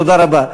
תודה רבה.